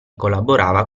collaborava